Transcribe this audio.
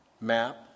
map